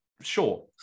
sure